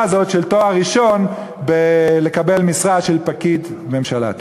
הזאת של תואר ראשון כדי לקבל משרה של פקיד ממשלה.